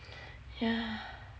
yah